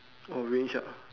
orange ah